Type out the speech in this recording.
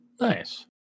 Nice